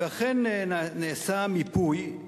אכן נעשה מיפוי,